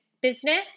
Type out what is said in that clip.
business